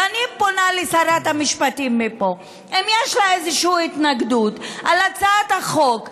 ואני פונה לשרת המשפטים מפה: אם יש לה איזושהי התנגדות להצעת החוק,